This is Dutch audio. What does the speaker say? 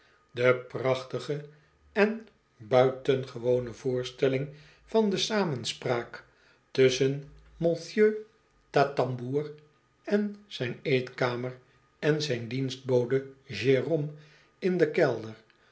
de prachtige en buitengewone voorstelling van de samenspraak tusschen monsieur tatamboer op zijn eetkamer en zijn dienstbode jerome in den kelder